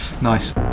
Nice